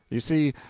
you see,